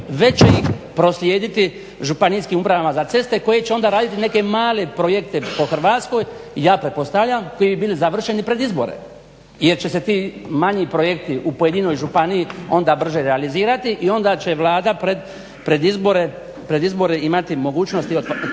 već će ih proslijediti županijskim upravama za ceste koje će onda raditi neke male projekte po Hrvatskoj i ja pretpostavljam koji bi bili završeni pred izbore jer će se ti manji projekti u pojedinoj županiji onda brže realizirati i onda će Vlada pred izbore imati mogućosti … te